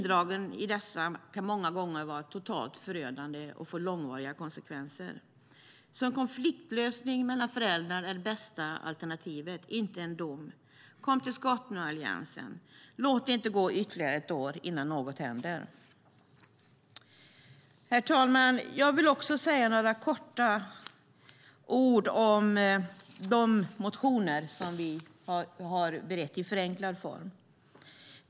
Det kan många gånger vara totalt förödande och få långvariga konsekvenser att bli indragen i dessa. Konfliktlösning mellan föräldrar, och inte en dom, är det bästa alternativet. Kom till skott nu, Alliansen - låt det inte gå ytterliggare ett år innan något händer! Herr talman! Jag ska säga några korta ord om de motioner som vi har berett i förenklad form.